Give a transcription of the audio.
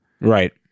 Right